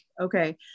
okay